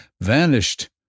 vanished